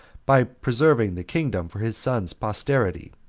by preserving the kingdom for his son's posterity,